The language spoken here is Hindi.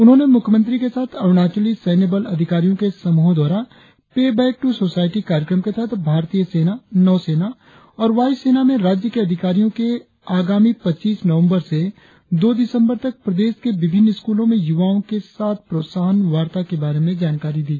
उन्होंने मुख्यमंत्री के साथ अरुणाचली सैन्य बल अधिकारियों के समूहो द्वारा पे बैक टू सोसायटी कार्यक्रम के तहत भारतीय सेना नौ सेना और वायु सेना में राज्य के अधिकारियों के आगामी पच्चीस नवंबर से दो दिसंबर तक प्रदेश के विभिन्न स्कूलों में युवाओं के साथ प्रोत्साहन वार्ता के बारे में जानकारी दी